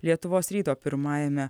lietuvos ryto pirmajame